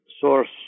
source